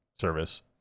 service